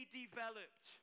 developed